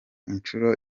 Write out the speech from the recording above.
inshuro